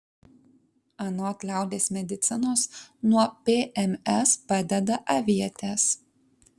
anot liaudies medicinos nuo pms padeda avietės